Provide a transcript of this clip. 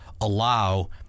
allow